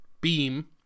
beam